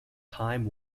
time